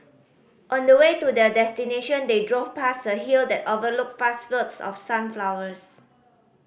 on the way to their destination they drove past a hill that overlooked vast fields of sunflowers